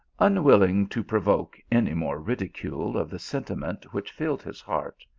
unwilling to provoke any more ridicule of the sentiment which filled his heart,